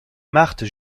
marthe